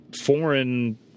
foreign